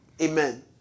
Amen